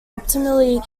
optimally